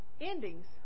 endings